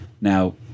Now